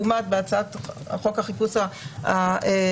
לעומת בהצעת חוק החיפוש המקורית,